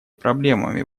проблемами